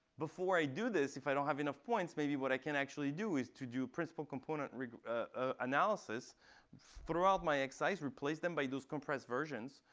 before i do this, if i don't have enough points, maybe what i can actually do is to do principal component analysis throughout my exercise, replace them by those compressed versions,